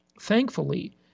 thankfully